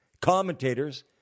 commentators